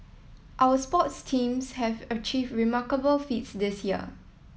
our sports teams have achieved remarkable feats this year